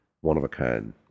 one-of-a-kind